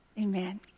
amen